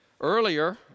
Earlier